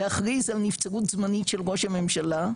להכריז על נבצרות זמנית של ראש הממשלה,